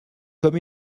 comme